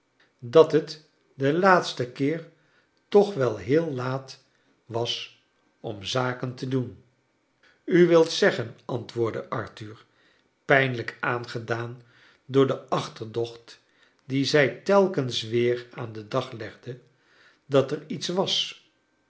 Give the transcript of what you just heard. dat het den laatsten keer toch wel heel laat was om zaken te doen u wilt zeggen antwoordde arthur pijnlijk aangedaan door de achterdocht die zij telkens weer aan den dag legde dat er iets was